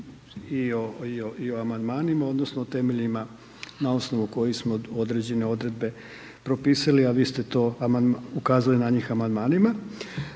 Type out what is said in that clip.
i o Amandmanima odnosno o temeljima na osnovu kojih smo određene odredbe propisali, a vi ste to, ukazali na njih Amandmanima.